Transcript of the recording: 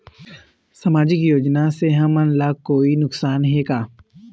सामाजिक योजना से हमन ला कोई नुकसान हे का?